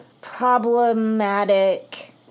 problematic